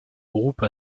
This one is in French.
groupe